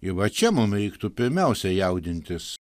ir va čia mum reiktų pirmiausia jaudintis